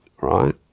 right